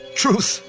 truth